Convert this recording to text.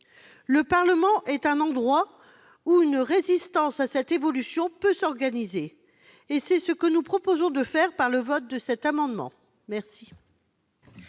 Le Parlement est l'endroit où une résistance à cette évolution peut s'organiser. C'est ce que nous proposons de faire au travers du vote de cet amendement. Quel